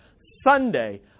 Sunday